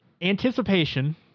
anticipation